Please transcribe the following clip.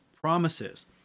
promises